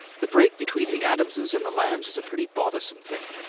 the break between the adamses and the lambs is a pretty bothersome thing.